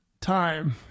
time